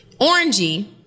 Orangey